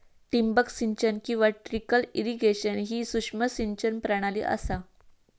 ठिबक सिंचन किंवा ट्रिकल इरिगेशन ही सूक्ष्म सिंचन प्रणाली असा